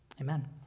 amen